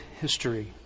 history